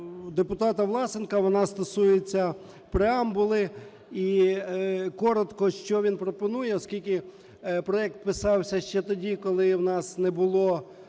депутата Власенка, вона стосується преамбули. І коротко, що він пропонує. Оскільки проект писався ще тоді, коли у нас не було